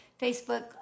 Facebook